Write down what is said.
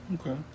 Okay